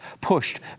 pushed